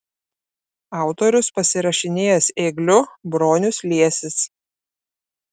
autorius pasirašinėjęs ėgliu bronius liesis